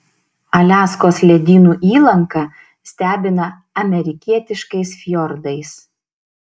aliaskos ledynų įlanka stebina amerikietiškais fjordais